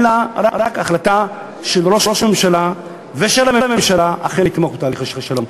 אלא רק החלטה של ראש הממשלה ושל הממשלה אכן לתמוך בתהליך השלום.